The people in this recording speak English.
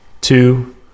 two